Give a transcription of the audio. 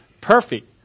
Perfect